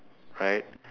right